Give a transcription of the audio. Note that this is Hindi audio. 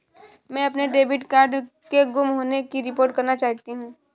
मैं अपने डेबिट कार्ड के गुम होने की रिपोर्ट करना चाहती हूँ